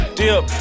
dip